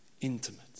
Intimate